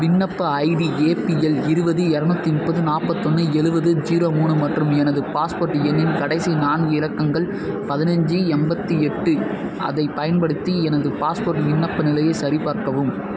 விண்ணப்ப ID APL இருபது இரநூத்தி முப்பது நாற்பத்தொன்னு எழுவது ஜீரோ மூணு மற்றும் எனது பாஸ்போர்ட் எண்ணின் கடைசி நான்கு இலக்கங்கள் பதினைஞ்சு எண்பத்தி எட்டு அதை பயன்படுத்தி எனது பாஸ்போர்ட் விண்ணப்ப நிலையை சரிபார்க்கவும்